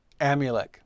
Amulek